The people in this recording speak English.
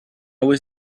was